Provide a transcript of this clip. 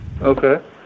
Okay